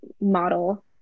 model